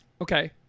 okay